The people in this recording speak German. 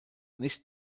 nicht